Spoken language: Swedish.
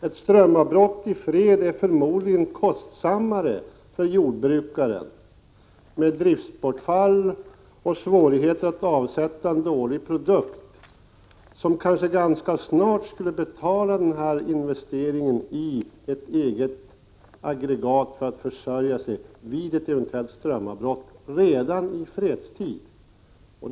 Ett strömavbrott i fred är förmodligen kostsammare för jordbrukaren, med driftsbortfall och svårigheter att avsätta en dålig produkt. Eni investering i ett eget aggregat för att försörja sig vid ett eventuellt strömavbrott skulle kanske ganska snart betala sig redan i fredstid.